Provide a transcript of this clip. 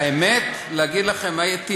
והאמת, להגיד לכם, הייתי,